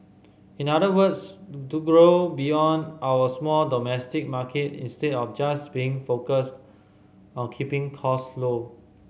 in other words to grow beyond our small domestic market instead of just being focused on keeping cost low